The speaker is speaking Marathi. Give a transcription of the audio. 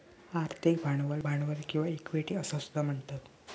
आर्थिक भांडवल ज्याका आर्थिक भांडवल किंवा इक्विटी असा सुद्धा म्हणतत